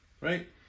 right